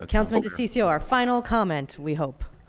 councilman diciccio, our final comment, we hope.